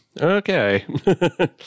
Okay